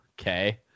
Okay